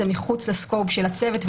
זה מחוץ ל-scope של הצוות,